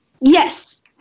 Yes